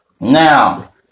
now